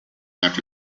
after